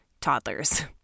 toddlers